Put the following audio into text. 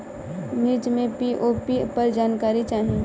मिर्च मे पी.ओ.पी पर जानकारी चाही?